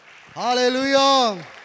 hallelujah